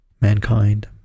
mankind